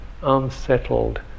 unsettled